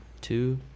Two